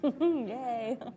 Yay